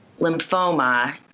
lymphoma